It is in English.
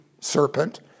serpent